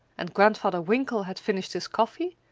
and grandfather winkle had finished his coffee,